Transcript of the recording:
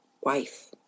wife